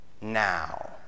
Now